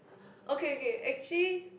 okay okay actually